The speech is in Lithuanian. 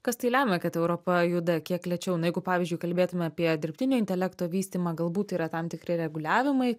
kas tai lemia kad europa juda kiek lėčiau nu jeigu pavyzdžiui kalbėtume apie dirbtinio intelekto vystymą galbūt tai yra tam tikri reguliavimai